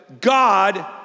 God